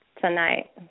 tonight